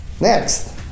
Next